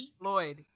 Floyd